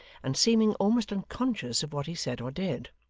and seeming almost unconscious of what he said or did.